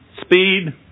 speed